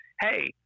hey